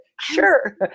sure